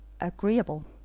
agreeable